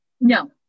No